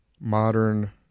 modern